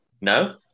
No